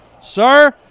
Sir